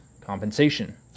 compensation